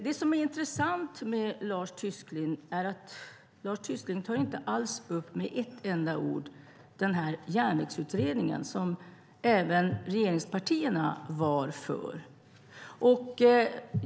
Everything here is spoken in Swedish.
Det som är intressant är att Lars Tysklind inte med ett enda ord tar upp Järnvägsutredningen som även regeringspartierna var för.